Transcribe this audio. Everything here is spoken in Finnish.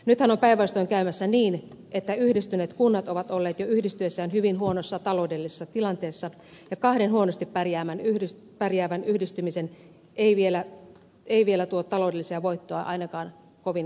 nythän on päinvastoin käymässä niin että yhdistyneet kunnat ovat olleet jo yhdistyessään hyvin huonossa taloudellisessa tilanteessa ja kahden huonosti pärjäävän yhdistyminen ei vielä tuo taloudellisia voittoja ainakaan kovin nopeasti